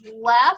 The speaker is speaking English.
left